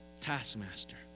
taskmaster